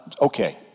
okay